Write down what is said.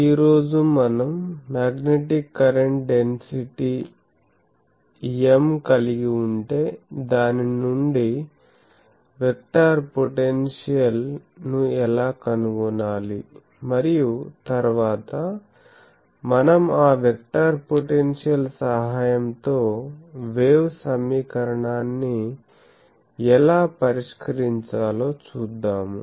ఈ రోజు మనం మ్యాగ్నెటిక్ కరెంట్ డెన్సిటీ M కలిగి ఉంటే దాని నుండి వెక్టార్ పొటెన్షియల్ ను ఎలా కనుగొనాలి మరియు తరువాత మనం ఆ వెక్టార్ పొటెన్షియల్ సహాయం తో వేవ్ సమీకరణాన్ని ఎలా పరిష్కరించాలో చూద్దాము